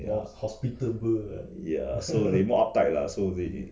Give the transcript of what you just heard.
ya ya so they more uptight lah so they